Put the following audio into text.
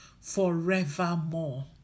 forevermore